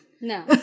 No